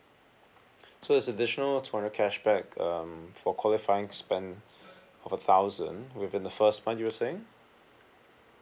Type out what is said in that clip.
so is additional two hundred cashback um for qualifying spend of a thousand within the first month you were saying